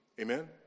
Amen